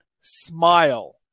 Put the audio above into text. smile